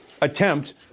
attempt